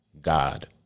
God